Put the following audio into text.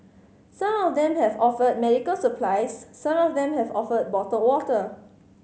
some of them have offered medical supplies some of them have offered bottled water